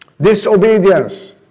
Disobedience